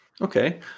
Okay